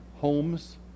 homes